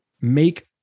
make